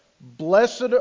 blessed